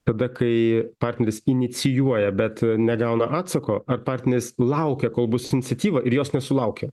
tada kai partneris inicijuoja bet negauna atsako ar partneris laukia kol bus iniciatyva ir jos nesulaukia